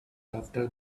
after